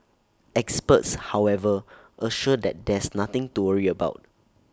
experts however assure that there's nothing to worry about